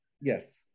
Yes